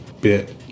bit